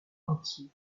entier